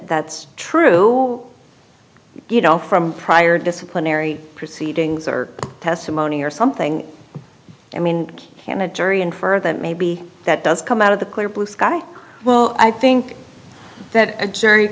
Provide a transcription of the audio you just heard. that's true you know from prior disciplinary proceedings or testimony or something i mean can the jury infer that maybe that does come out of the clear blue sky well i think that a jury